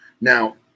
Now